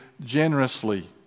generously